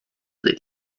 they